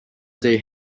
they